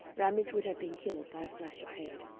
ramage would have been killed by a flash of hate.